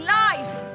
life